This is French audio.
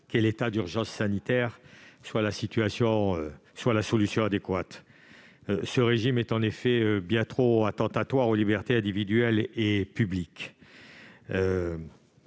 qu'est l'état d'urgence sanitaire soit la solution adéquate. Ce régime est en effet bien trop attentatoire aux libertés individuelles et publiques.